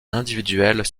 individuels